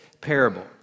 parable